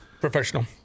professional